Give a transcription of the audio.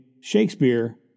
Shakespeare